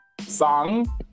song